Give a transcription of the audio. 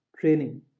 training